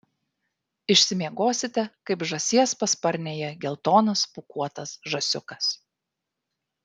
išsimiegosite kaip žąsies pasparnėje geltonas pūkuotas žąsiukas